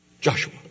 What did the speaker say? Joshua